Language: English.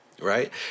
right